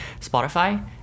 Spotify